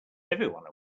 everyone